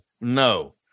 No